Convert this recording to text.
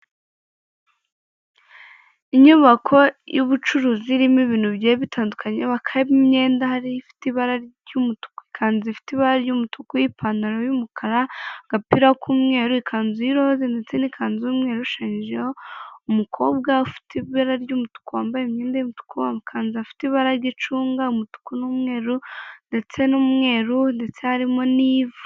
Inyubako y'ubucuruzi irimo ibintu bigiye bitandukanye hakaba imyenda hariyo ifite ibara ry'umukanzu ifite ibara ry'umutuku n'ipantaro y'umukara agapira k'umweru ikanzu ya roze ndetse n'ikanzu y'umweru yarushanyijeho umukobwa ufite ibara ry'umutuku wambaye imyenda yumutuku mukanda afite ibara ry'icunga umutuku n'umweru ndetse n'umweru ndetse harimo n'iy'ivu